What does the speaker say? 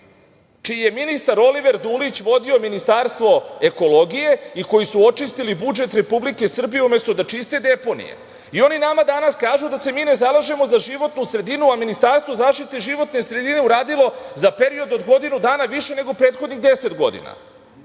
čiji je ministar Oliver Dulić vodio Ministarstvo ekologije i koji su očistili budžet Republike Srbije, umesto da čiste deponije. Oni nama danas kažu da se mi ne zalažemo za životnu sredinu, a Ministarstvo zaštite životne sredine uradilo za period od godinu dana više nego prethodnih 10